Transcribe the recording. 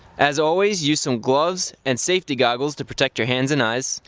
as always, use some gloves and safety goggles to protect your hands and eyes,